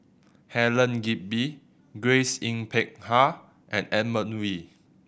Helen Gilbey Grace Yin Peck Ha and Edmund Wee